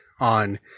on